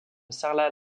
sarlat